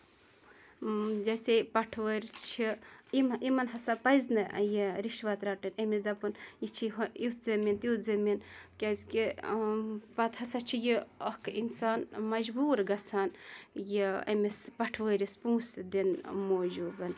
جیسے پَٹھوٲرۍ چھِ یِم یِمن ہسا پَزِ نہٕ یہِ رِشوت رَٹٔن أمِس دَپُن یہِ چھِ ہُہ یُتھ زٔمیٖن تیُتھ زٔمیٖن کیٛازِ کہِ پَتہٕ ہسا چھُ یہِ اکھ اِنسان مجبوٗر گژھان یہِ أمِس پَھٹوٲرِس پوٚنٛسہٕ دِنہٕ موٗجوٗب